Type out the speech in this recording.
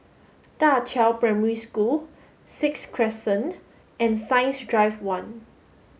Da Qiao Primary School Sixth Crescent and Science Drive one